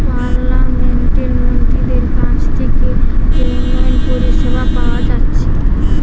পার্লামেন্টের মন্ত্রীদের কাছ থিকে যে উন্নয়ন পরিষেবা পাওয়া যাচ্ছে